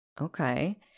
okay